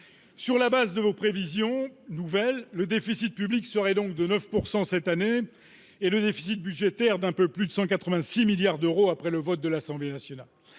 Sur la base de vos prévisions nouvelles, le déficit public serait donc de 9 % cette année, et le déficit budgétaire d'un peu plus de 186 milliards d'euros après le vote de l'Assemblée nationale.